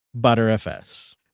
ButterFS